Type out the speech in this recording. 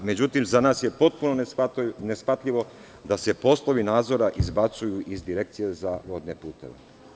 Međutim, za nas je potpuno neshvatljivo da se poslovi nadzora izbacuju iz Direkcije za vodne puteve.